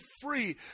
free